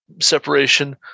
separation